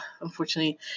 Unfortunately